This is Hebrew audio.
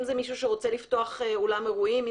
מישהו שרוצה לפתוח אולם אירועים,